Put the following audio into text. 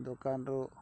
ଦୋକାନରୁ